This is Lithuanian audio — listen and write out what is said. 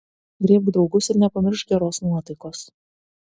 griebk draugus ir nepamiršk geros nuotaikos